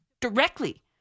directly